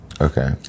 Okay